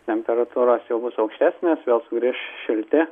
temperatūros jau bus aukštesnės vėl sugrįš šilti